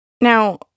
Now